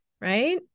right